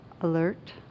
alert